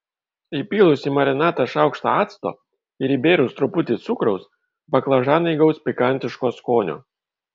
įpylus į marinatą šaukštą acto ir įbėrus truputį cukraus baklažanai įgaus pikantiško skonio